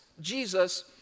Jesus